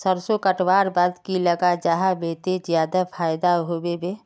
सरसों कटवार बाद की लगा जाहा बे ते ज्यादा फायदा होबे बे?